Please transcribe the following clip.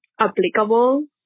applicable